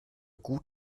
gut